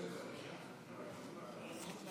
אדוני